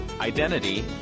identity